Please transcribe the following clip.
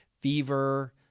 fever